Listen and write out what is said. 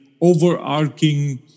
overarching